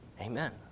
Amen